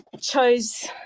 chose